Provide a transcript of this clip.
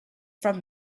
from